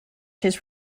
his